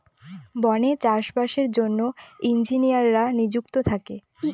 বনে চাষ বাসের জন্য ইঞ্জিনিয়াররা নিযুক্ত থাকে